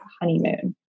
honeymoon